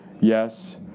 yes